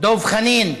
דב חנין.